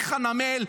חנמאל,